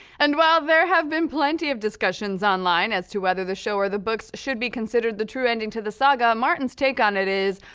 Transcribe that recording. and while there have been plenty of discussions online as to whether the show or the books should be considered the true ending to the saga, martin's take on it is,